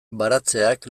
baratzeak